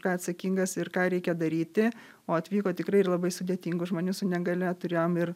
ką atsakingas ir ką reikia daryti o atvyko tikrai ir labai sudėtingų žmonių su negalia turėjom ir